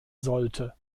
sollte